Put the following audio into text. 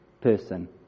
person